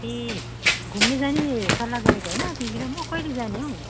ए घुम्नु जाने सल्लाह गरेको होइन तिमी र म कहिले जाने हौ